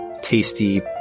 tasty